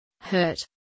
hurt